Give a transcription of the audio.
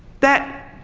that